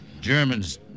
Germans